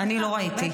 לא ראיתי.